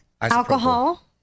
Alcohol